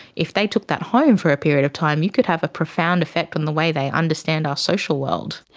if they took that home for a period of time you could have a profound effect on the way they understand our social world.